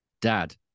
dad